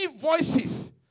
voices